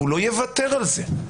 והוא לא יוותר על זה.